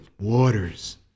waters